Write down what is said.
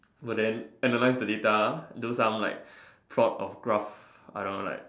will then analyse the data do some like plot of graph I don't know like